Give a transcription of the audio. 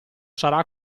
sarà